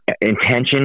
Intention